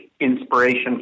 inspiration